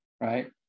right